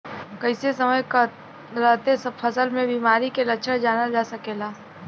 कइसे समय रहते फसल में बिमारी के लक्षण जानल जा सकेला?